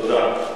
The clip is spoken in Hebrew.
תודה.